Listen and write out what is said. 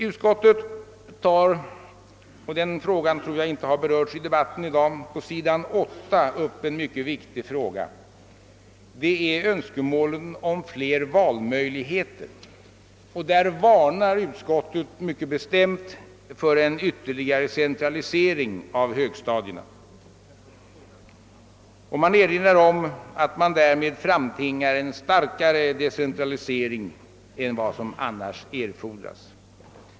Utskottet tar — den frågan tror jag inte har berörts i debatten i dag — på s. 8 upp en mycket viktig fråga. Det gäller önskemålen om flera tillvalsmöjligheter. Där varnar utskottet mycket bestämt för en ökning av valmöjligheterna. Man erinrar om att man därmed framtvingar en starkare centralisering av högstadierna än som annars erfordras.